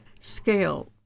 scale